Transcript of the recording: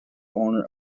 owner